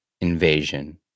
Invasion